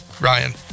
Ryan